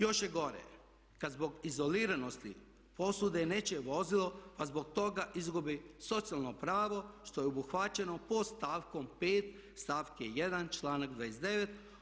Još je gore kad zbog izoliranosti posude nečije vozilo pa zbog toga izgubi socijalno pravo što je obuhvaćeno pod stavkom 5. stavke 1. članak 29.